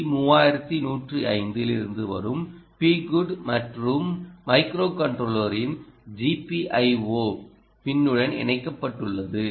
C 3105 இலிருந்து வரும் Pgood மற்றும் மைக்ரோகண்ட்ரோலரின் GPIO பின்னுடன் இணைக்கப்பட்டுள்ளது